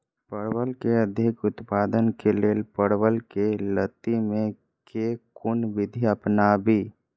परवल केँ अधिक उत्पादन केँ लेल परवल केँ लती मे केँ कुन विधि अपनाबी?